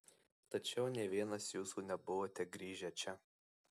tačiau nė vienas jūsų nebuvote grįžę čia